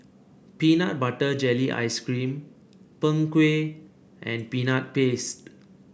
Peanut Butter Jelly Ice cream Png Kueh and Peanut Paste